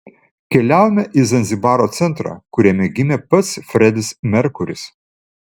keliavome į zanzibaro centrą kuriame gimė pats fredis merkuris